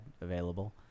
available